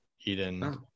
eden